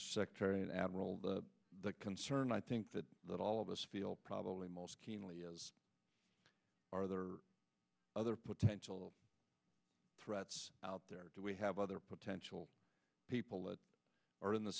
sectarian admiral the concern i think that that all of us feel probably most keenly is are there are other potential threats out there or do we have other potential people that are in the